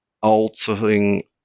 altering